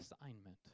assignment